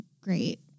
great